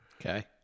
okay